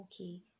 okay